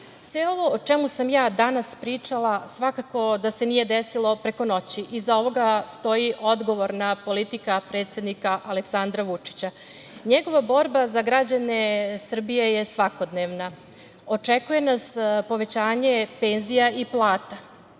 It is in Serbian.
ovo o čemu sam ja danas pričala, svakako da se nije desilo preko noći. Iza ovoga stoji odgovorna politika predsednika Aleksandra Vučića. Njegova borba za građane Srbije je svakodnevna. Očekuje nas povećanje penzija i